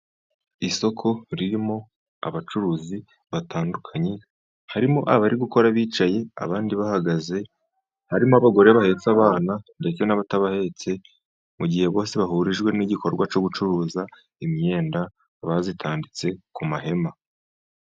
Isoko ririmo abacuruzi batandukanye, harimo abari gukora bicaye, abandi bahagaze. Harimo abagore bahetse abana ndetse n'abatabahetse. Mu gihe bose bahurijwe n'igikorwa cyo gucuruza imyenda bazitanditse ku mahema.